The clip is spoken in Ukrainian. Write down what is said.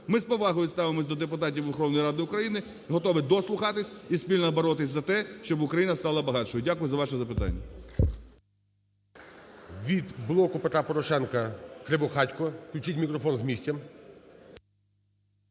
Ми з повагою ставимося до депутатів Верховної Ради України, готові дослухатись і спільно боротись за те, щоб Україна стала багатшою. Дякую за ваше запитання.